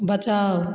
बचाउ